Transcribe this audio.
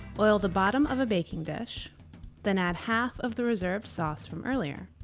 oil the bottom of a baking dish then add half of the reserved sauce from earlier.